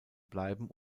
bleiben